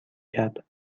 کرد